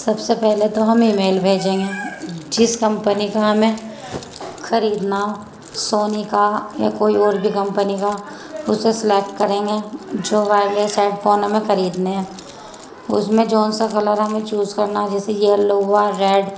سب سے پہلے تو ہم ای میل بھیجیں گے جس کمپنی کا ہمیں خریدنا سونی کا یا کوئی اور بھی کمپنی کا اسے سلیکٹ کریں گے جو وائرلیس ہیڈ فون ہمیں خریدنے ہیں اس میں جون سا کلر ہمیں چوز کرنا جیسے یلو ہوا ریڈ